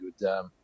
good